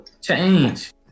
change